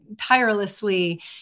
tirelessly